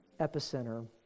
epicenter